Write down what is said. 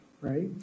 right